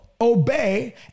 obey